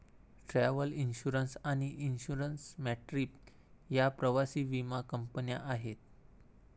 travel insurance आणि Insure My Trip या प्रवासी विमा कंपन्या आहेत